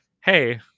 hey